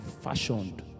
fashioned